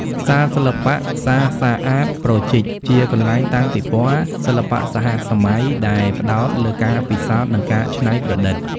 សាលសិល្បៈសា សា អាត ប្រូចីក ជាកន្លែងតាំងពិពណ៌សិល្បៈសហសម័យដែលផ្តោតលើការពិសោធន៍ និងការច្នៃប្រឌិត។